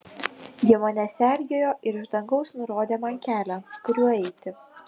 ji mane sergėjo ir iš dangaus nurodė man kelią kuriuo eiti